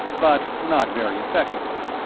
but not very effectively.